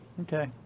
Okay